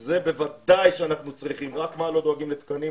זה בוודאי שאנחנו צריכים אלא שלא דואגים לתקנים,